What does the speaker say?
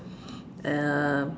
err